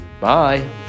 Bye